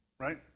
Right